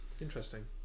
Interesting